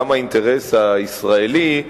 גם האינטרס הישראלי,